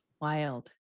Wild